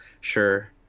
sure